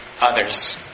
others